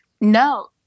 No